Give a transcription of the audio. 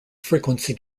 frequency